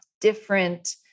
different